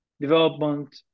development